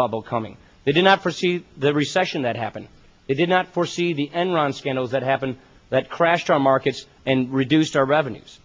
bubble coming they do not perceive the recession that happened it did not foresee the enron scandals that happen that crashed our markets and reduced our revenues